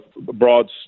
broad